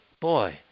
Boy